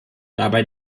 dabei